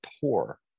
poor